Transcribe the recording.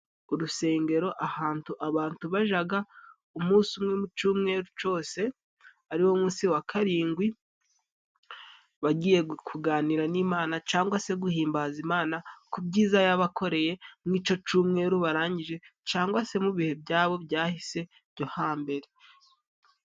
Urusengero ahantu abantu bajaga umunsi umwe mu cumweru cose ari wo munsi wa karingwi bagiye kuganira n'Imana cangwa se guhimbaza Imana ku byiza yabakoreye muri ico cumweru barangije cangwa se mu bihe byabo byahise byo hambere.